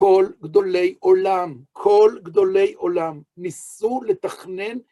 כל גדולי עולם, כל גדולי עולם, ניסו לתכנן